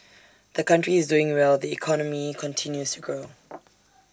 the country is doing well the economy continues grow